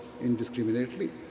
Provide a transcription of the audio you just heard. indiscriminately